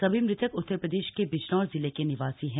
सभी मृतक उत्तर प्रदेश के बिजनौर जिले के निवासी हैं